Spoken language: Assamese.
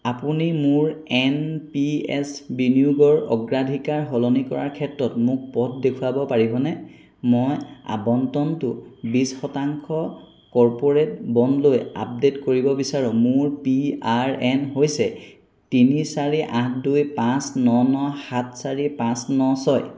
আপুনি মোৰ এন পি এছ বিনিয়োগৰ অগ্ৰাধিকাৰ সলনি কৰাৰ ক্ষেত্ৰত মোক পথ দেখুৱাব পাৰিবনে মই আবণ্টনটো বিছ শতাংশ কৰ্পোৰেট বণ্ড লৈ আপডেট কৰিব বিচাৰোঁ মোৰ পি আৰ এন হৈছে তিনি চাৰি আঠ দুই পাঁচ ন ন সাত চাৰি পাঁচ ন ছয়